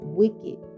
wicked